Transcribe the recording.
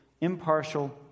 impartial